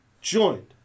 Joined